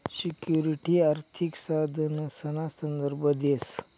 security आर्थिक साधनसना संदर्भ देस